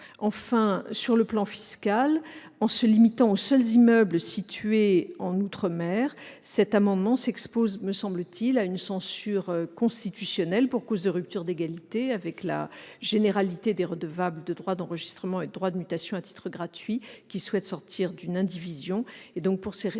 Enfin, sur le plan fiscal, en se limitant aux seuls immeubles situés en outre-mer, cet amendement s'expose, me semble-t-il, à une censure du Conseil constitutionnel pour cause de rupture d'égalité avec la généralité des redevables de droits d'enregistrement et de droits de mutation à titre gratuit qui souhaitent sortir d'une indivision. Pour ces raisons,